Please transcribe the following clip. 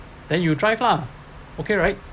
then you drive lah okay right